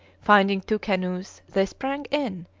finding two canoes, they sprang in,